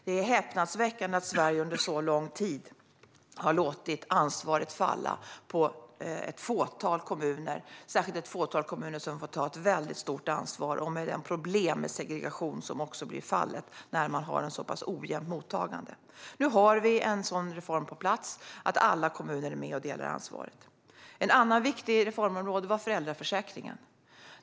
Det är häpnadsväckande att Sverige under så lång tid har låtit ansvaret falla på ett fåtal kommuner som har fått ta ett väldigt stort ansvar också för problemen med segregation som blir följden när man har ett så pass ojämnt mottagande. Nu har vi en sådan reform på plats som innebär att alla kommuner är med och delar ansvaret. Ett annat viktigt reformområde var föräldraförsäkringen.